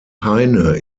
heine